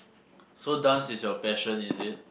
so dance is your passion is it